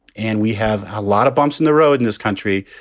and we have a lot of bumps in the road in this country.